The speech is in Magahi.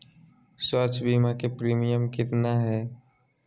स्वास्थ बीमा के प्रिमियम कितना है?